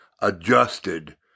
adjusted